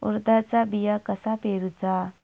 उडदाचा बिया कसा पेरूचा?